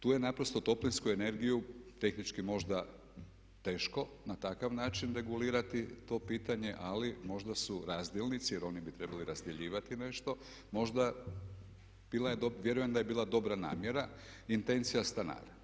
Tu je naprosto toplinsku energiju tehnički možda teško na takav način regulirati to pitanje ali možda su razdjelnici jer oni bi trebali razdjeljivati nešto možda vjerujem da je bila dobra namjera i intencija stanara.